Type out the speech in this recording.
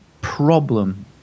problem